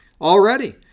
already